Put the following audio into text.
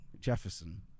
jefferson